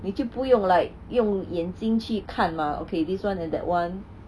你就不用 like 用眼睛去看嘛 okay this [one] and that [one]